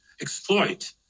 exploit